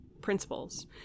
principles